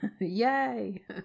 Yay